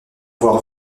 avoir